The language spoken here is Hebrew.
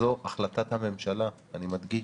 זו החלטת הממשלה, אני מדגיש.